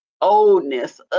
oldness